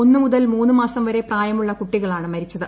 ഒന്ന് മുതൽ മൂന്ന് മാസം വരെ പ്രായമുള്ള കുട്ടികളാണ് മരിച്ചത്